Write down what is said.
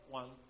one